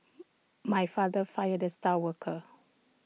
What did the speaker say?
my father fired the star worker